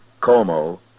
Como